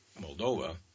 Moldova